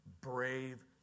brave